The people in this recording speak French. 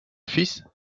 fils